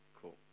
Cool